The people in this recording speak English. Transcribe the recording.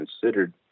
considered